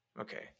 Okay